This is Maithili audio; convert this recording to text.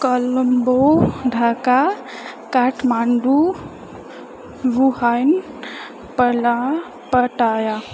कोलम्बो ढाका काठमाण्डु वुहान पटाया